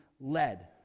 led